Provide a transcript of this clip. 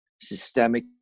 systemic